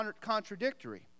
contradictory